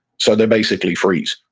so they basically freeze.